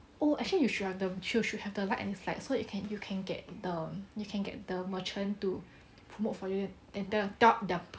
oh actually you should have the you should have the like and dislikes so you can you can get the you can get the merchants to promote for you and tell tell their customers